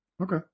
Okay